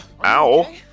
Ow